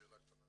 שאלה קטנה.